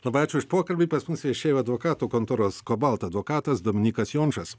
labai ačiū už pokalbį pas mus viešėjo advokatų kontoros cobalt advokatas dominykas jončas